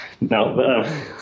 No